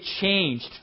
changed